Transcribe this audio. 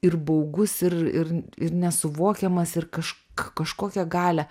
ir baugus ir ir ir nesuvokiamas ir kaž kažkokią galią